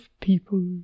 people